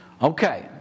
Okay